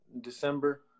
December